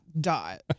dot